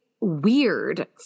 weird